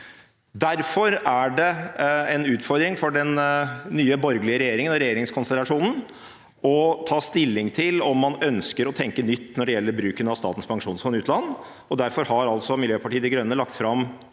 Derfor er det en utfordring for den nye borgerlige regjeringskonstellasjonen å ta stilling til om man ønsker å tenke nytt når det gjelder bruken av Statens pensjonsfond utland, og derfor har altså Miljøpartiet De Grønne lagt fram